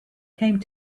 came